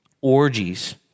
orgies